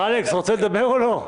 אלכס, רוצה לדבר או לא?